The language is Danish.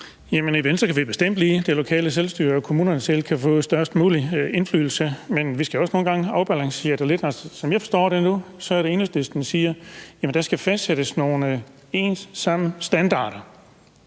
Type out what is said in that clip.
I Venstre kan vi bestemt lide det lokale selvstyre, og at kommunerne selv kan få størst mulig indflydelse. Men vi skal også nogle gange afbalancere det lidt. Som jeg forstår det nu, siger Enhedslisten, at der skal fastsættes nogle ens standarder